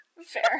Fair